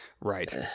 right